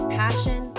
passion